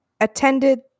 attended